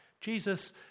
Jesus